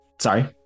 sorry